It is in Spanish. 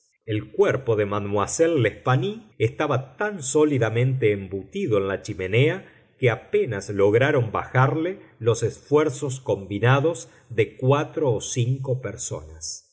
el cuerpo de mademoiselle l'espanaye estaba tan sólidamente embutido en la chimenea que apenas lograron bajarle los esfuerzos combinados de cuatro o cinco personas